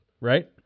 right